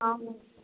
हँ